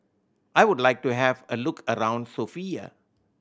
I would like to have a look around Sofia